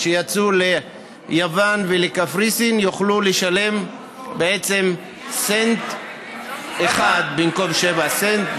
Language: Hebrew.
שיצאו ליוון ולקפריסין יוכלו לשלם 1 סנט במקום 7 סנט,